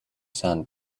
sand